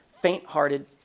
faint-hearted